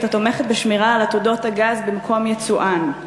התומכת בשמירה על עתודות הגז במקום ייצואן.